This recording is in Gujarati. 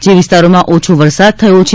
જે વિસ્તારોમાં ઓછો વરસાદ થયો છે